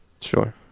sure